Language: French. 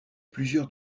plusieurs